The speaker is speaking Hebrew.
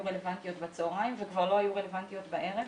רלוונטיות בצוהריים וכבר לא היו רלוונטיות בערב.